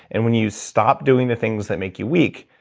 and when you stop doing the things that make you weak,